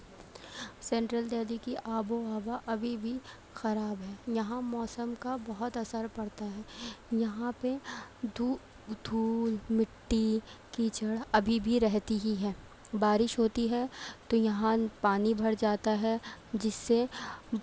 central Delhi کی آب و ہوا ابھی بھی خراب ہے یہاں موسم کا بہت اثر پڑتا ہے یہاں پہ دھول دھول مٹی کیچڑ ابھی بھی رہتی ہی ہے بارش ہوتی ہے تو یہاں پانی بھر جاتا ہے جس سے